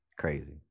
crazy